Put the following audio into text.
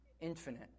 infinite